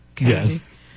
Yes